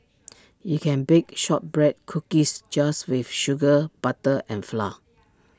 you can bake Shortbread Cookies just with sugar butter and flour